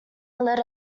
let